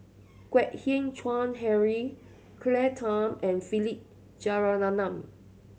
Kwek Hian Chuan Henry Claire Tham and Philip Jeyaretnam